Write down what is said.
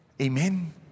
Amen